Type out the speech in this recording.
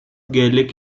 gaelic